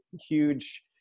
huge